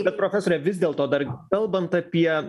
bet profesore vis dėlto dar kalbant apie